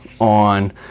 on